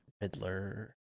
Riddler